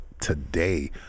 today